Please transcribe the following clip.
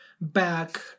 back